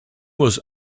was